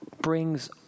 brings